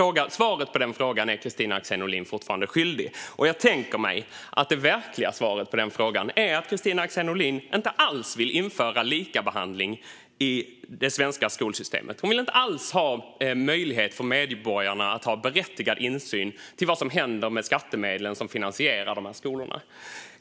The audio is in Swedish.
Svaret på den frågan är Kristina Axén Olin fortfarande skyldig. Jag tänker mig att det verkliga svaret på den frågan är att Kristina Axén Olin inte alls vill införa likabehandling i det svenska skolsystemet. Hon vill inte alls ha möjlighet för medborgarna att ha berättigad insyn i vad som händer med skattemedlen som finansierar de här skolorna.